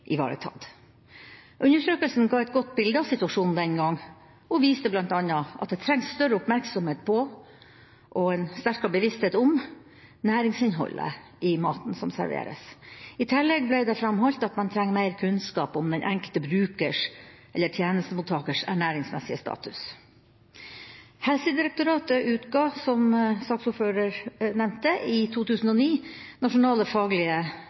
ivaretatt. Undersøkelsen ga et godt bilde av situasjonen den gangen og viste bl.a. at det trengs større oppmerksomhet på og en sterkere bevissthet om næringsinnholdet i maten som serveres. I tillegg ble det framholdt at man trenger mer kunnskap om den enkelte brukers eller tjenestemottakers ernæringsmessige status. Helsedirektoratet utga, som saksordføreren nevnte, i 2010 nasjonale faglige